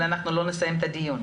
אבל כך לא נסיים את הדיון.